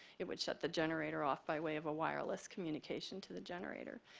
it would shut the generator off by way of a wireless communication to the generator.